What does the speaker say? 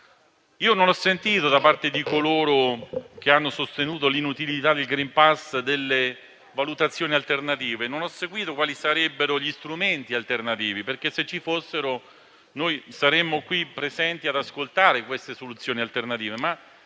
Non ho sentito da parte di coloro che hanno sostenuto l'inutilità del *green pass* delle valutazioni alternative. Non ho sentito dire quali sarebbero gli strumenti alternativi perché, se ci fossero, noi saremmo qui pronti ad ascoltare, ma vediamo che non